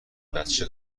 بچه